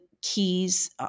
keys